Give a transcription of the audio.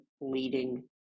leading